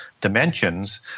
dimensions